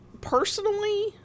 personally